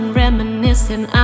reminiscing